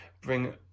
bring